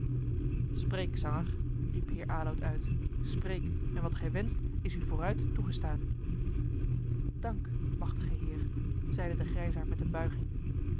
spreek zanger riep heer aloud uit spreek en wat gij wenscht is u vooruit toegestaan dank machtige heer zeide de grijsaard met eene buiging